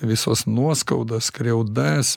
visas nuoskaudas skriaudas